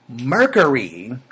Mercury